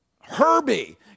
Herbie